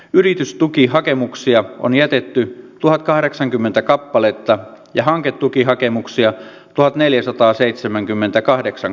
yritystukihakemuksia on jätetty tuhatkahdeksankymmentä kappaletta ja hanketukihakemuksia tuhatneljäsataaseitsemänkymmentäkahdeksan